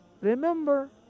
Remember